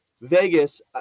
Vegas